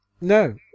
no